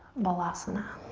balasana.